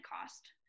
cost